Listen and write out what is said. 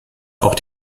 auch